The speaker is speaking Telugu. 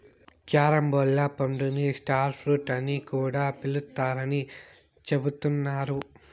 క్యారంబోలా పండుని స్టార్ ఫ్రూట్ అని కూడా పిలుత్తారని చెబుతున్నారు